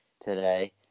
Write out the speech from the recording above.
today